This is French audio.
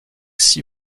six